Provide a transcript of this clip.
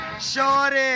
Shorty